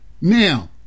now